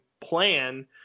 plan